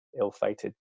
ill-fated